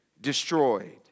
destroyed